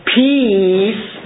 peace